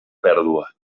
pèrdua